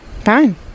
Fine